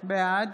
בעד